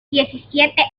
diecisiete